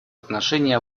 отношении